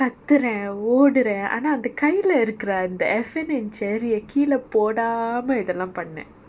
கத்துறேன் ஓடுறேன் ஆனால் அந்த கைலே இருக்குற அந்த:katturen oduren aanal antha kaileh irukkura antha F&N cherry யை கீழை போடாமல் இதைல்லாம் பன்னேன்:yai keelai podaamal ithellam pannen